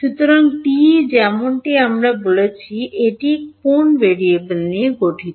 সুতরাং TE যেমনটি আমরা বলেছি এটি কোন ভেরিয়েবল নিয়ে গঠিত